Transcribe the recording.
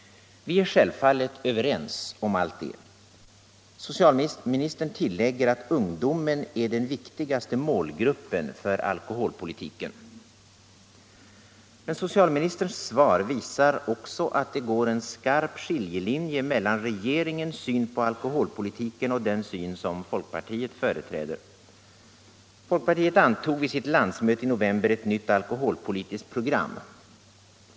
Vi är självfallet överens om allt detta. Socialministern tillägger att ungdomen är den viktigaste målgruppen för alkoholpolitiken. Men socialministerns svar visar också att det går en skarp skiljelinje mellan regeringens syn på alkoholpolitiken och den syn som folkpartiet företräder. Folkpartiet antog vid sitt landsmöte i november ett nytt alkoholpolitiskt program.